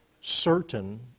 certain